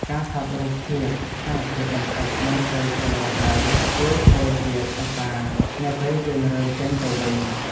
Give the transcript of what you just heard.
ការថតរូបភាពស្ថានភាពបន្ទប់មុនពេលចូលរស់នៅជួយធ្វើជាភស្តុតាងនៅពេលយើងរើចេញទៅវិញ។